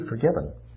forgiven